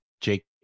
Jake